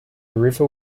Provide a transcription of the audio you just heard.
river